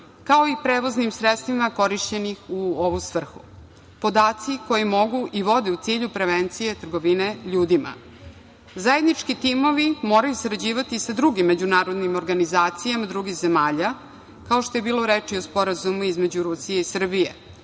kao i prevoznim sredstvima korišćenih u ovu svrhu, podaci koji mogu i vode u cilju prevencije trgovine ljudima. Zajednički timovi moraju sarađivati sa drugim međunarodnim organizacijama drugih zemalja, kao što je bilo reči o Sporazumu između Rusije i Srbije,